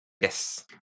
Yes